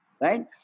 right